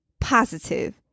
positive